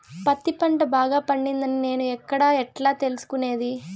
పత్తి పంట బాగా పండిందని నేను ఎక్కడ, ఎట్లా తెలుసుకునేది?